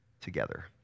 together